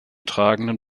tragenden